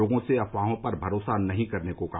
लोगों से अफवाहों पर भरोसा नहीं करने को कहा